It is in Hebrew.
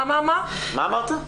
מה אמרת?